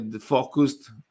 focused